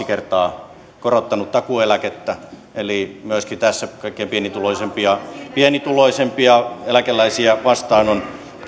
kertaa korottanut takuueläkettä eli myöskin tässä on tultu kaikkein pienituloisimpia pienituloisimpia eläkeläisiä vastaan